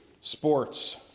sports